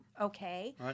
Okay